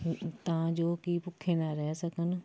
ਤਾਂ ਜੋ ਕਿ ਭੁੱਖੇ ਨਾ ਰਹਿ ਸਕਣ